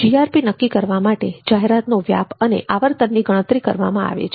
GRP નક્કી કરવા માટે જાહેરાતનો વ્યાપ અને આવર્તનની ગણતરી કરવામાં આવે છે